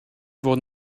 fod